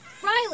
Riley